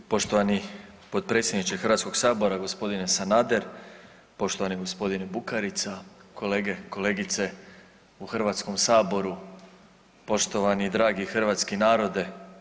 Poštovani potpredsjedniče Hrvatskoga sabora gospodine Sanader, poštovani gospodine Bukarica, kolege, kolegice u Hrvatskom saboru, poštovani dragi hrvatski narode.